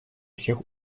всех